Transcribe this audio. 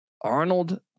Arnold